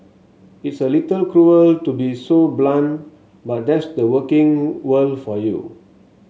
it's a little cruel to be so blunt but that's the working world for you